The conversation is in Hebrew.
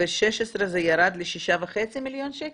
ב-16' זה ירד ל-6.5 מיליון שקל?